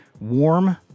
warm